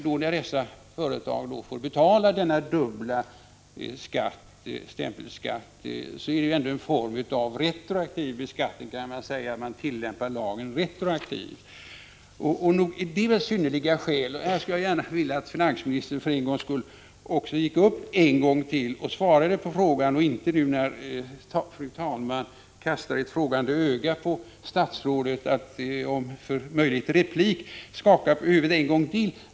Då dessa företag får betala denna dubbla stämpelskatt är det ändå en form av retroaktiv beskattning — dvs. man tillämpar lagen retroaktivt. Det bör väl anses som ”synnerliga skäl”. Jag skulle gärna vilja att finansministern för en gångs skull gick upp i debatten igen och svarade på frågan. Jag vore tacksam om statsrådet inte, när nu fru talmannen kastar ett frågande öga mot honom när det gäller möjligheten till replik, skakar på huvudet en gång till.